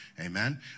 Amen